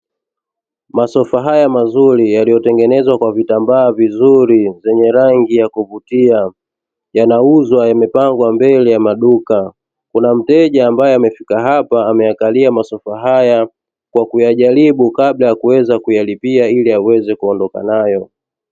Masofa haya mazuri yaliyotengenezwa kwa vitambaa vizuri vyenye rangi ya kuvutia yanauzwa yamepangwa mbele ya maduka, kuna mteja ambae amefika hapa ameyakalia masofa haya kwa kuyajaribu kabla ya kuweza kuyalipia ili aweze kuondoka nayo.